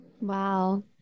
Wow